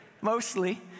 mostly